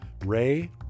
Ray